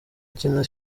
akina